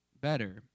better